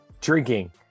Drinking